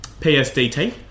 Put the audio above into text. PSDT